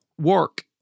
work